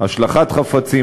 השלכת חפצים,